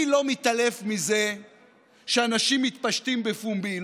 אני לא מתעלף מזה שאנשים מתפשטים בפומבי,